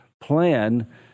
plan